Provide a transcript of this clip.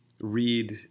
read